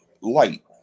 light